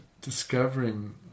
discovering